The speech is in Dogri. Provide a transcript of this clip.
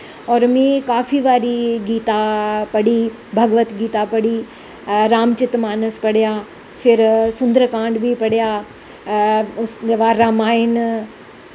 और में काफी बारी गीता पढ़ी भगवत गीता पढ़ी राम चरिचमानस पढ़ेआ फिर सुंदर कांड़ बी पढ़ेआ उंदे बाद रामायण